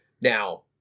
now